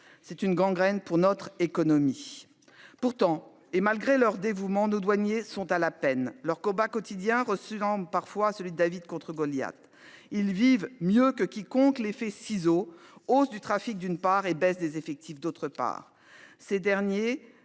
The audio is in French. c'est une gangrène pour notre économie. Pourtant, et malgré leur dévouement nos douaniers sont à la peine. Leur combat quotidien reçu parfois celui de David contre Goliath. Ils vivent mieux que quiconque l'effet ciseaux. Hausse du trafic. D'une part et baisse des effectifs, d'autre part ces derniers.